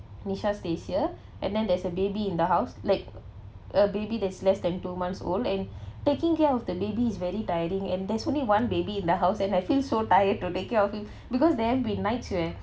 nisha stays here and then there's a baby in the house like a baby that's less than two months old and taking care of the baby is very tiring and there's only one baby in the house and I feel so tired to take care of him because there'll be nights where